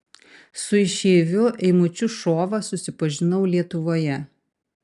su išeiviu eimučiu šova susipažinau lietuvoje